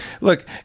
look